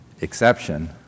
exception